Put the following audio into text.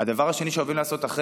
הדבר השני שאנחנו אוהבים לעשות אחרי